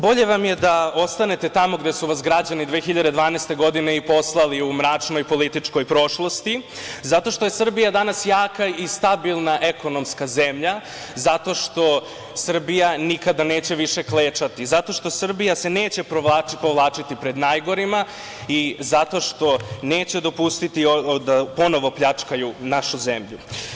Bolje vam je da ostanete tamo gde su vas građani 2012. godine i poslali, u mračnoj i političkoj prošlosti, zato što je Srbija danas jaka i stabilna ekonomska zemlja, zato što Srbija nikada neće više klečati, zato što se Srbija neće više povlačiti pred najgorima i zato što neće dopustiti da ponovo pljačkaju našu zemlju.